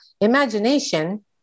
imagination